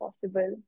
possible